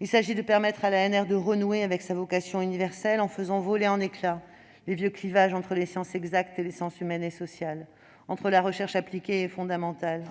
de la recherche (ANR) de renouer avec sa vocation universelle, en faisant voler en éclat les vieux clivages entre les sciences exactes et les sciences humaines et sociales, entre la recherche appliquée et la recherche fondamentale,